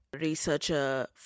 researcher